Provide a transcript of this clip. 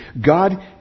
God